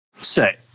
say